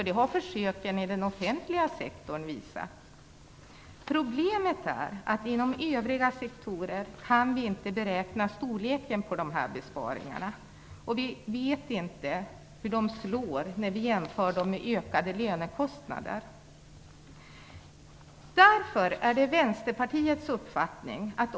Det har försöken i den offentliga sektorn visat. Problemet är att vi inte kan beräkna storleken på besparingarna inom övriga sektorer. Vi vet inte hur de slår när vi jämför dem med ökade lönekostnader.